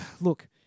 look